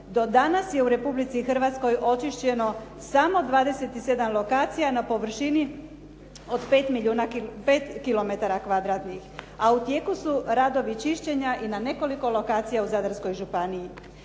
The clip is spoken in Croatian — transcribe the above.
Do danas je u Republici Hrvatskoj očišćeno samo 27 lokacija na površini od 5 kilometara kvadratnih, a u tijeku su radovi čišćenja na nekoliko lokacija u Zadarskoj županiji.